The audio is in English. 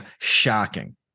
shocking